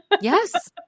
Yes